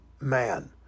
man